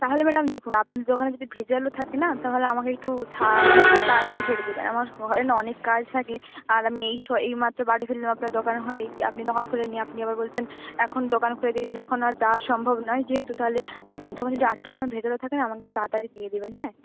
তাহলে ম্যাডাম দেখুন দোকানে যদি থাকে না তাহলে আমাকে একটু মানে তাড়াতাড়ি ছেড়ে দেবেন আমার ঘরে না অনেক কাজ থাকে আর আমি এইমাত্র বাড়ি ফিরলাম আপনার দোকান হয়েই আপনি তখন খোলেননি আপনি আবার বলছেন এখন দোকান খুলে দিয়েছেন এখন আর যাওয়া সম্ভব নয় যেহেতু তাহলে আপনার দোকান যদি আটটার সময় থাকে না আমাকে একটু তাড়াতাড়ি দিয়ে দেবেন হ্যাঁ